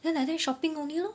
then like that shopping only lor